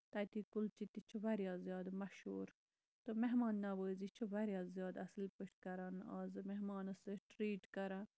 تَتِکۍ کُلچہِ تہِ چھِ واریاہ زیادٕ مَشہوٗر تہٕ مہمان نَوٲزی چھِ واریاہ زیادٕ اَصٕل پٲٹھۍ کران آزمہمانَس سۭتۍ ٹریٖٹ کران